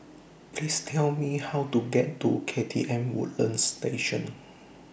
Please Tell Me How to get to K T M Woodlands Station